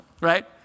right